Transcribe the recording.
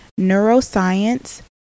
neuroscience